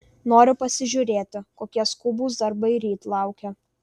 noriu pasižiūrėti kokie skubūs darbai ryt laukia